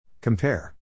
Compare